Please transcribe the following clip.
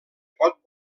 pot